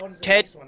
Ted